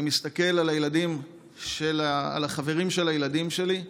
אני מסתכל על החברים של הילדים שלי,